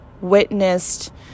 witnessed